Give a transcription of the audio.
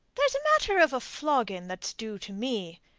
there's a matter of a flogging that's due to me.